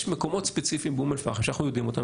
יש מקומות ספציפיים באום אל פחם שאנחנו יודעים אותם,